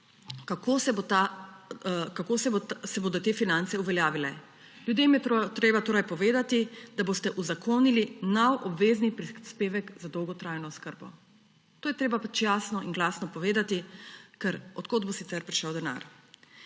kako se bodo te finance uveljavile. Ljudem je treba torej povedati, da boste uzakonili nov obvezni prispevek za dolgotrajno oskrbo. To je treba pač jasno in glasno povedati, ker od kod bo sicer prišel denar.